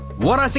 what do